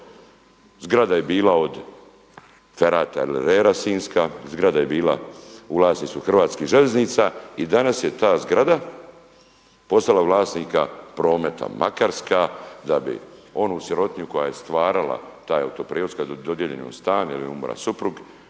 Zgrada je bila od … /ne razumije se/ Sinjska, zgrada je bila … /ne razumije se/… Hrvatskih željeznica i danas je ta zgrada postala vlasnika prometa Makarska da bi onu sirotinju koja je stvarala taj Autoprijevoz kada je dodijeljen stan ili je umro suprug